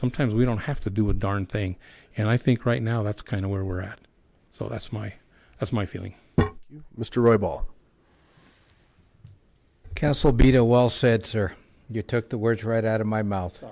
sometimes we don't have to do a darn thing and i think right now that's kind of where we're at so that's my that's my feeling mr robel castle beat oh well said sir you took the words right out of my mouth